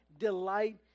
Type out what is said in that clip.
delight